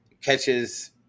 catches